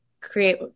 create